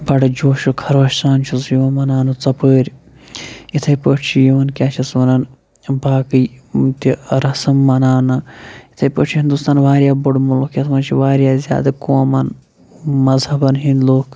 بَڑٕ جوشو خروش سان چھُ سُہ یِوان مَناونہٕ ژۄپٲرۍ اِتھے پٲٹھۍ چھِ یِوان کیاہ چھِ اتھ وَنان باقٕے تہِ رسم مَناونہٕ اِتھَے پٲٹھۍ چھُ ہِندوستان واریاہ بوٚڑ مُلک یَتھ منٛز چھِ واریاہ زیادٕ قومَن مذہَبَن ہٕنٛدۍ لُکھ